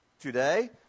Today